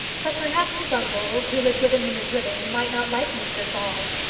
but perhaps his uncle, who had given him his living, might not like mr. saul.